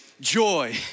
joy